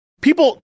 people